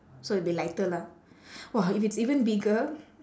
so it'll be lighter lah !wah! if it's even bigger